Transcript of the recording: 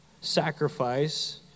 sacrifice